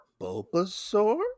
bulbasaur